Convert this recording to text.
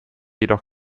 jedoch